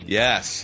yes